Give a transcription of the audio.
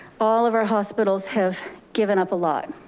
all of our hospitals have given up a lot.